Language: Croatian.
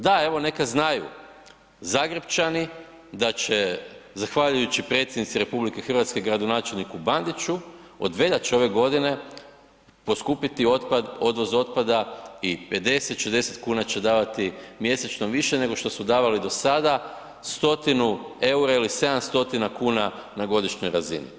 Da, evo neka znaju Zagrepčani da će zahvaljujući predsjednici RH i gradonačelniku Bandiću od veljače ove godine poskupiti otpad, odvoz otpada i 50, 60 kuna će davati mjesečno više nego što su davali do sada 100-tinu EUR-a ili 700-tina kuna na godišnjoj razini.